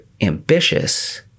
ambitious